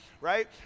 right